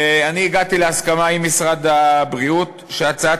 אני הגעתי להסכמה עם משרד הבריאות שהצעת